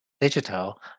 digital